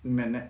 magnet